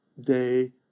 day